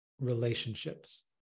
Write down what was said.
relationships